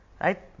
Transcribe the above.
right